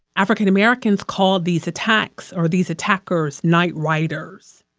african americans call these attacks, or these attackers, night riders.